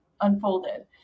unfolded